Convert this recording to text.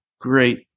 great